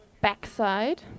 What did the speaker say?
backside